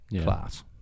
Class